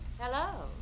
Hello